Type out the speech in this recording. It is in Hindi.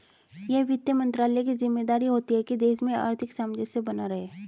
यह वित्त मंत्रालय की ज़िम्मेदारी होती है की देश में आर्थिक सामंजस्य बना रहे